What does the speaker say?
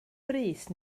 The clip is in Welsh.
brys